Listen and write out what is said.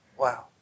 Wow